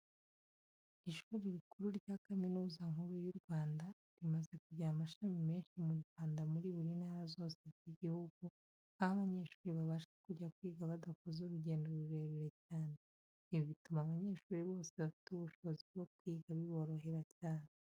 Ishuri rikuru rya Kaminuza Nkuru y'u Rwanda, rimaze kugira amashami menshi mu Rwanda muri buri ntara zose zigize igihugu, aho abanyeshuri babasha kujya kwiga badakoze urugendo rurerure cyane. Ibi bituma abanyeshuri bose bafite ubushobozi bwo kwiga biborohera cyane.